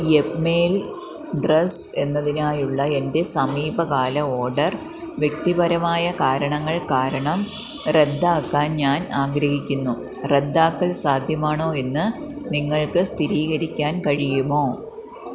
യെപ്മേൽ dress എന്നതിനായുള്ള എൻ്റെ സമീപകാല ഓഡർ വ്യക്തിപരമായ കാരണങ്ങൾ കാരണം റദ്ദാക്കാൻ ഞാൻ ആഗ്രഹിക്കുന്നു റദ്ദാക്കൽ സാധ്യമാണോ എന്ന് നിങ്ങൾക്ക് സ്ഥിരീകരിക്കാൻ കഴിയുമോ